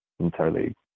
entirely